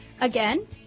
Again